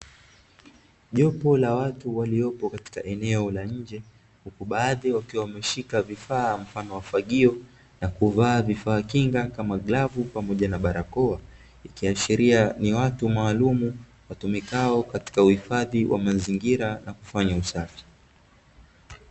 Jopo la watu waliopo katika eneo la nje, huku baadhi wakiwa wameshika vifaa kama fagio na kuvaa vifaa kinga kama glavu pamoja na barakoa, ikiashiria ni watu maalumu watumikao katika uhifadhi wa mazingira na kufanya usafi.